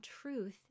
truth